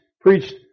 preached